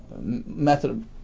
method